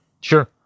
Sure